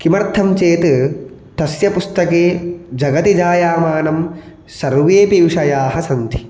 किमर्थं चेत् तस्य पुस्तके जगति जायामानं सर्वेपि विषयाः सन्ति